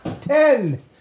Ten